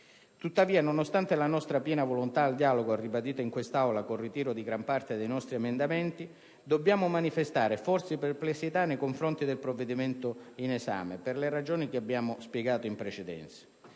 Tuttavia, nonostante la nostra piena volontà di dialogo, ribadita in quest'Aula, con il ritiro di gran parte dei nostri emendamenti, dobbiamo manifestare forti perplessità nei confronti del provvedimento in esame per le ragioni che abbiamo spiegato in precedenza.